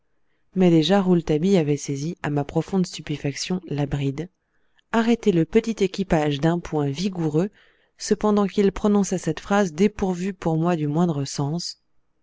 mais déjà rouletabille avait saisi à ma profonde stupéfaction la bride arrêté le petit équipage d'un poing vigoureux cependant qu'il prononçait cette phrase dépourvue pour moi du moindre sens